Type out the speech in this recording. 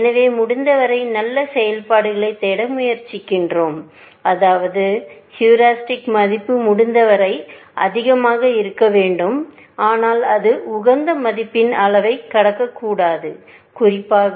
எனவே முடிந்தவரை நல்ல செயல்பாடுகளைத் தேட முயற்சிக்கிறோம் அதாவது ஹீரிஸ்டிக் மதிப்பு முடிந்தவரை அதிகமாக இருக்க வேண்டும் ஆனால் அது உகந்த மதிப்பின் அளவைக் கடக்கக் கூடாது குறிப்பாக